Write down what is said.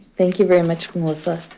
thank you very much, melissa.